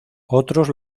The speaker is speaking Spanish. otros